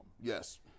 Yes